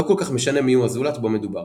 לא כל כך משנה מיהו הזולת בו מדובר.